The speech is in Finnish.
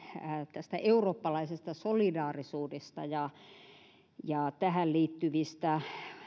tästä eurooppalaisesta solidaarisuudesta ja tähän liittyvistä